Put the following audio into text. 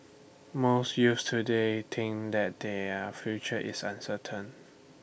most youths today think that their future is uncertain